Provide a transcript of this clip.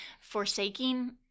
forsaking